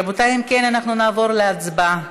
רבותיי, אם כן, אנחנו נעבור להצבעה,